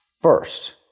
First